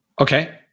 Okay